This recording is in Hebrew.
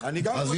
אני גם חושב שלא.